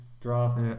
draw